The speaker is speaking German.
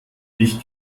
ich